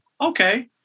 okay